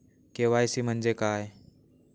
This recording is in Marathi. के.वाय.सी म्हणजे काय?